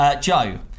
Joe